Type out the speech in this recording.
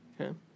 okay